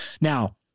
Now